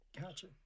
gotcha